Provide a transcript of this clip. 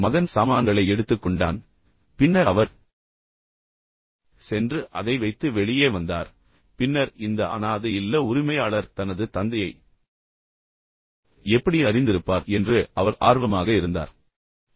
எனவே மகன் சாமான்களை எடுத்துக் கொண்டான் பின்னர் அவர் சென்று அதை வைத்து வெளியே வந்தார் பின்னர் இந்த அனாதை இல்ல உரிமையாளர் தனது தந்தையை எப்படி அறிந்திருப்பார் என்று அவர் ஆர்வமாக இருந்தார்